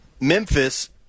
Memphis